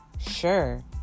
Sure